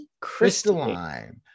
Crystalline